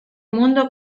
mundo